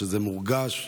זה מורגש,